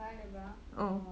oh